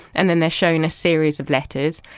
and then they are shown a series of letters,